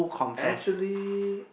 actually